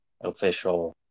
official